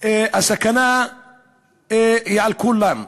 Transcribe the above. הסכנה היא על כולם,